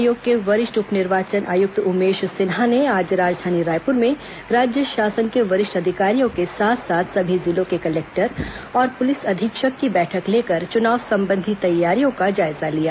आयोग के वरिष्ठ उप निर्वाचन आयुक्त उमेश सिन्हा ने आज राजधानी रायपुर में राज्य शासन के वरिष्ठ अधिकारियों के साथ साथ सभी जिलों के कलेक्टर और पुलिस अधीक्षक की बैठक लेकर चुनाव संबंधी तैयारियों का जायजा लिया